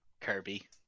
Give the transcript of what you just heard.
Kirby